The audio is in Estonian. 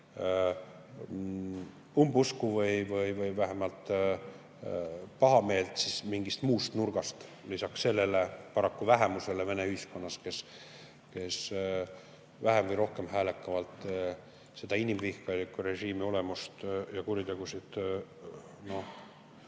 umbusku või vähemalt pahameelt mingist muust nurgast lisaks sellele paraku vähemusele Vene ühiskonnas, kes vähem või rohkem häälekamalt selle inimvihkajaliku režiimi olemust ja kuritegusid